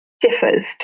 differs